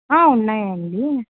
ఉన్నాయా అండి